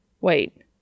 Wait